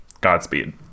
Godspeed